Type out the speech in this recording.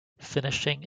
finishing